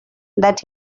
that